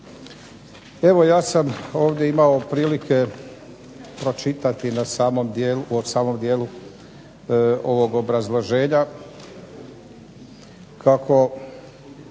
Evo ja sam ovdje imao prilike pročitati u samom dijelu ovog obrazloženja kako